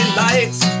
lights